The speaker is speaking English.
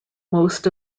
most